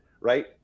right